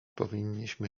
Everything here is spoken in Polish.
powinniśmy